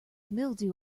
mildew